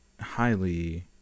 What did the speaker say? highly